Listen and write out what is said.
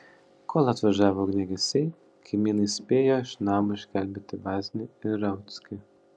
kol atvažiavo ugniagesiai kaimynai spėjo iš namo išgelbėti vaznį ir rauckį